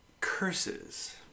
curses